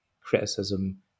criticism